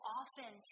often